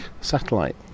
Satellite